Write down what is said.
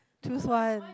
choose one